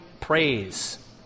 praise